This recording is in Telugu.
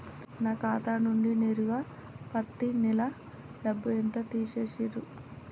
నా ఖాతా నుండి నేరుగా పత్తి నెల డబ్బు ఎంత తీసేశిర్రు?